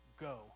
go